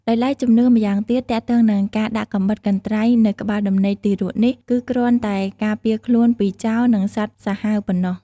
ដោយឡែកជំនឿម្យ៉ាងទៀតទាក់ទងនិងការដាក់កំបិតកន្ត្រៃនៅក្បាលដំណេកទារកនេះគឺគ្រាន់តែការពារខ្លួនពីចោរនិងសត្វសាហាវប៉ុណ្ណោះ។